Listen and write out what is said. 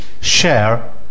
share